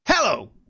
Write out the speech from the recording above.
Hello